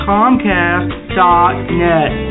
Comcast.net